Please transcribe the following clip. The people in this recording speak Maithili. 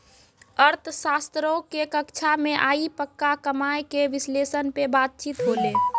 अर्थशास्त्रो के कक्षा मे आइ पक्का कमाय के विश्लेषण पे बातचीत होलै